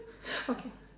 okay